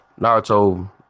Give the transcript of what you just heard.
Naruto